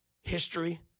History